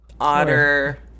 Otter